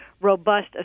robust